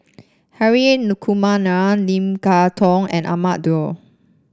Hri Kumar Nair Lim Kay Tong and Ahmad Daud